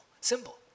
Symbol